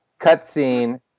Cutscene